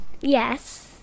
Yes